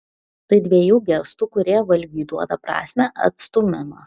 tai dvejų gestų kurie valgiui duoda prasmę atstūmimas